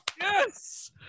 yes